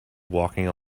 walking